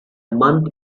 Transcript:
month